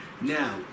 Now